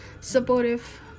supportive